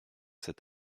cet